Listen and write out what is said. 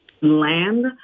land